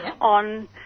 on